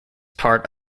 part